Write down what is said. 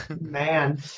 Man